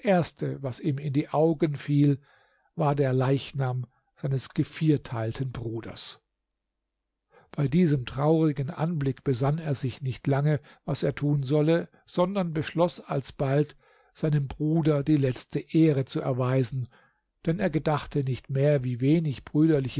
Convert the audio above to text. was ihm in die augen fiel war der leichnam seines gevierteilten bruders bei diesem traurigen anblick besann er sich nicht lange was er tun solle sondern beschloß alsbald seinem bruder die letzte ehre zu erweisen denn er gedachte nicht mehr wie wenig brüderliche